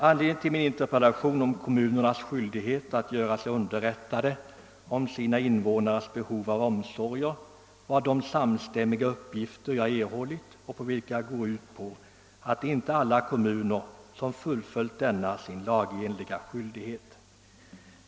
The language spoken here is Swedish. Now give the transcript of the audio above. Anledningen till min interpellation om kommunernas skyldighet att göra sig underrättade om sina invånares behov av omsorger var de samstämmiga uppgifter jag erhållit, vilka går ut på att det inte är alla kommuner som fullföljt denna sin lagenliga skyldighet.